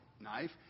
knife